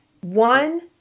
One